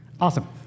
Awesome